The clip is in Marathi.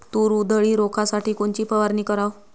तूर उधळी रोखासाठी कोनची फवारनी कराव?